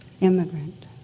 immigrant